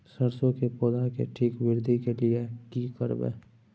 सरसो के पौधा के ठीक वृद्धि के लिये की करबै?